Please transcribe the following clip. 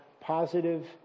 positive